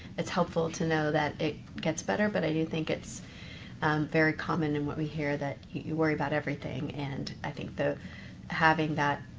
it's helpful to know that it gets better, but i do think it's very common in what we hear that you worry about everything. and i think that having that